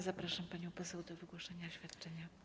Zapraszam panią poseł do wygłoszenia oświadczenia.